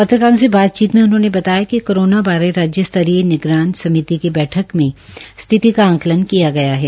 शत्रकारों से बातचीत में उन्होंने बताया कि कोरोना बारे राज्यस्तरीय निगरान समिति की बैठक में स्थिति का आंकलन किया गया है